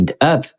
up